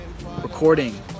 recording